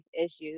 issues